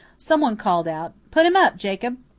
someone called out, put him up, jacob.